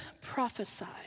prophesied